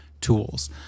tools